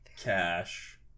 Cash